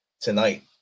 tonight